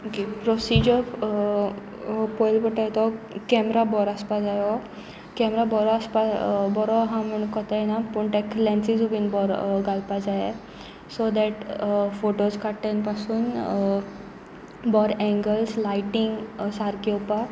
okay procedure पयले पडटा तो कॅमरा बरो आसपा जाय हो कॅमरा बरो आसपा बरो आसा म्ह कोताय ना पूण ताका लेन्सीसूय बीन बरो घालपा जाय सो दॅट फोटोज काडटना पासून बरे एंगल्स लायटींग सारकें येवपाक